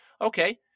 Okay